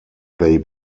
they